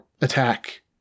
attack